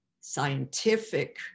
scientific